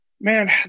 man